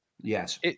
Yes